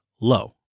low